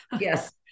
Yes